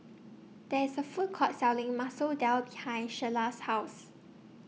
There IS A Food Court Selling Masoor Dal behind Sheyla's House